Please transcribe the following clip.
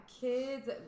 kids –